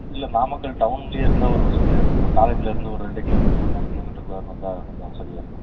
இல்லை நாமக்கல் டவுன்லேயே இருந்தால் ஒரு வசதியாக இருக்கும் ப்ரோ காலேஜுலேருந்து ஒரு ரெண்டு கிலோமீட்டரு மூணு கிலோமீட்டருக்குள்ளார இருந்தால் கொஞ்சம் வசதியாக இருக்கும்